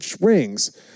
rings